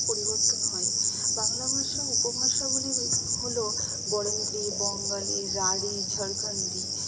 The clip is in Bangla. পরিবর্তন হয় বাংলা ভাষা উপভাষাগুলি বিভিন্ন হল বরেন্দ্রী বঙ্গালী রাঢ়ী ঝাড়খণ্ডী